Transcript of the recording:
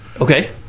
Okay